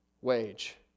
wage